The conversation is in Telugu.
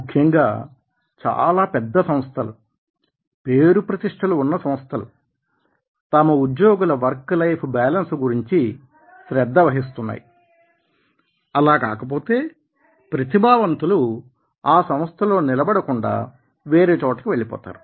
ముఖ్యంగా చాలా పెద్ద సంస్థలు పేరు ప్రతిష్ఠలు ఉన్న సంస్థలు తమ ఉద్యోగుల వర్క్ లైఫ్ బ్యాలెన్స్ గురించి శ్రద్ధ వహిస్తున్నాయి అలా కాకపోతే ప్రతిభావంతులు ఆ సంస్థలో నిలబడకుండా వేరే చోటకి వెళ్ళిపోతారు